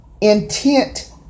intent